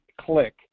click